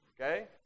Okay